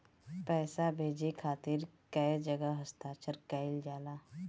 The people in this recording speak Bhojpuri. पैसा भेजे के खातिर कै जगह हस्ताक्षर कैइल जाला?